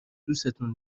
دوستون